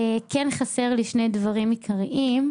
חסרים לי שני דברים עיקריים,